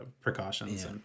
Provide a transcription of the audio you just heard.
precautions